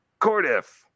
Cordiff